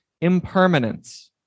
impermanence